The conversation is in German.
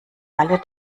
alle